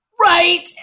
Right